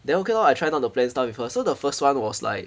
then okay lor I try not to plan stuff with her so the first one was like